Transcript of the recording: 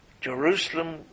Jerusalem